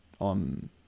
on